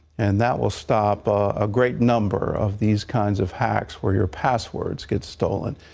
and that will stop a great number of these kinds of hacks where your passwords get stolen.